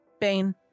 bane